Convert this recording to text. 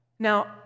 Now